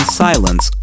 silence